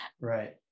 right